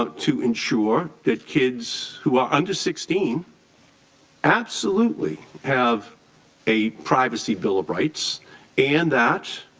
to ensure that kids who are under sixteen absolutely have a privacy bill of rights and that